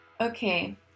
Okay